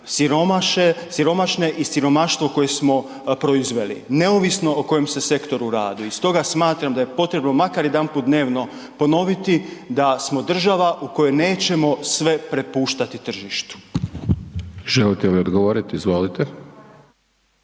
siromašne i siromaštvo koje smo proizveli neovisno o kojem se sektoru radi i stoga smatram da je potrebno makar jedanput dnevno ponoviti da smo država u kojoj nećemo sve prepuštati tržištu. **Hajdaš Dončić, Siniša